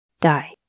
die